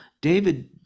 david